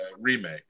remake